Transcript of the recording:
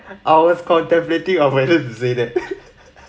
I was contemplating on whether to say that